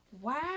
Wow